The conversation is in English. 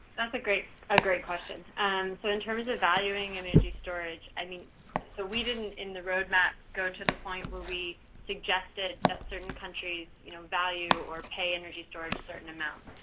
that's a great ah great question. and so in terms of valuing and energy storage, i mean so we didn't in the roadmap go to the point where we suggested that certain countries, you know, value or pay energy storage certain amount.